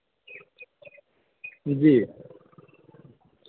जी